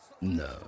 No